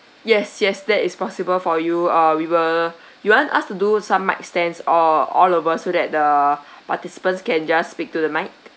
yes yes that is possible for you uh we will you want us to do some mic stands or all over so that the participants can just speak to the mic